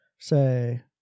Say